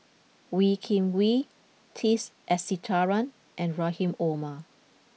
Wee Kim Wee T Sasitharan and Rahim Omar